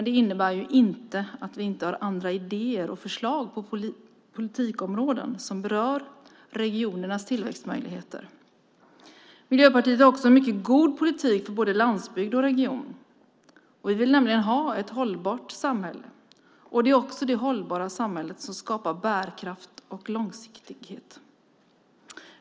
Det innebär dock inte att vi inte har andra idéer och förslag på politikområden som berör regionernas tillväxtmöjligheter. Miljöpartiet har också en mycket god politik för både landsbygd och region. Vi vill nämligen ha ett hållbart samhälle, och det är också det hållbara samhället som skapar bärkraft och långsiktighet.